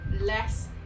less